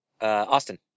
Austin